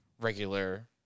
regular